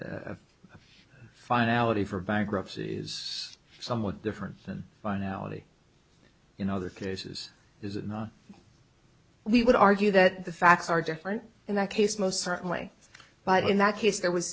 the finality for bankruptcy is somewhat different than finality in other cases is it not we would argue that the facts are different in that case most certainly but in that case there was